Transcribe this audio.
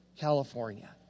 California